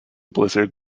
blizzard